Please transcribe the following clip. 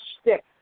stick